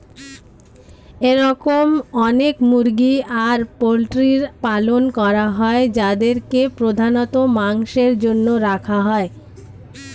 এরম অনেক মুরগি আর পোল্ট্রির পালন করা হয় যাদেরকে প্রধানত মাংসের জন্য রাখা হয়